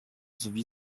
sowie